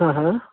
हा हा